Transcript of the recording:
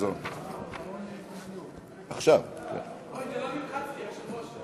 אנחנו עוברים עכשיו להצבעה על הצעת חוק דמי מחלה (תיקון מס'